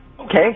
Okay